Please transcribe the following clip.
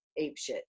apeshit